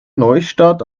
neustadt